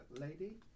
lady